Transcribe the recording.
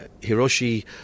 Hiroshi